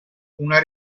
una